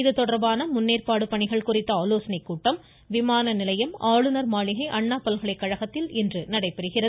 இதுதொடர்பான முன்னேற்பாடு பணிகள் குறித்த ஆலோசனைக் கூட்டம் விமான நிலையம் ஆளுநர் மாளிகை அண்ணா பல்கலைகழகத்தில் இன்று நடைபெறுகிறது